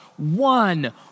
One